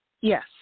Yes